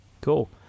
Cool